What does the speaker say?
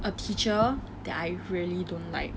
a teacher that I really don't like